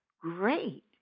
great